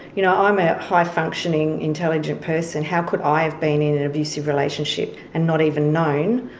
you know, i'm a high functioning, intelligent person, how could i have been in an abusive relationship, and not even known?